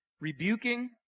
rebuking